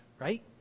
right